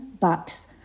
bucks